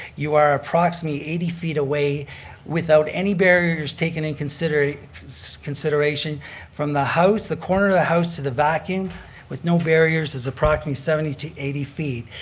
you are approximately eighty feet away without any barriers taken in consideration consideration from the house, the corner of the house, to the vacuum with no barriers is approximately seventy to eighty feet.